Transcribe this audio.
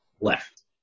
left